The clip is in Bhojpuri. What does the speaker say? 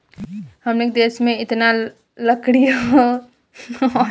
हमनी के देश में एतना लकड़ी होता की एकरा के बेच के सरकार निमन पइसा कमा तिया